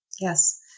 yes